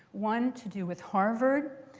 one to do with harvard.